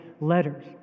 letters